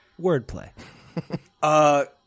Wordplay